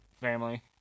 family